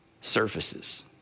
surfaces